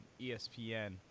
ESPN